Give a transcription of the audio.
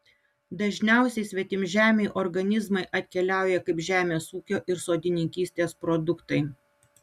dažniausiai svetimžemiai organizmai atkeliauja kaip žemės ūkio ir sodininkystės produktai